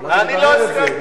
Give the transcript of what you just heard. אני לא הסכמתי.